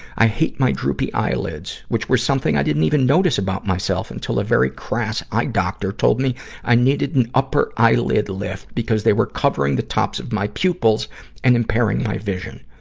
i hate my droopy eyelids, which i were something i didn't even notice about myself until a very crass eye doctor told me i needed an upper eyelid lift, because they were covering the tops of my pupils and impairing my vision.